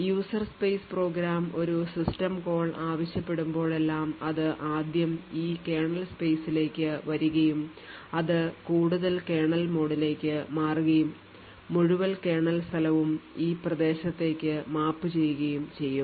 User space program ഒരു system call ആവശ്യപ്പെടുമ്പോഴെല്ലാം അത് ആദ്യം ഈ കേർണൽ സ്പെയ്സിലേക്ക് വരികയും അത് കൂടുതൽ കേർണൽ മോഡിലേക്ക് മാറുകയും മുഴുവൻ കേർണൽ സ്ഥലവും ഈ പ്രദേശത്തേക്ക് മാപ്പ് ചെയ്യുകയും ചെയ്യും